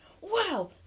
wow